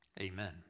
Amen